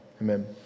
Amen